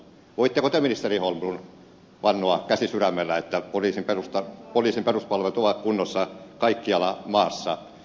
voitteko te ministeri holmlund vannoa käsi sydämellä että poliisin peruspalvelut ovat kunnossa kaikkialla maassa